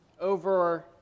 over